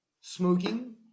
smoking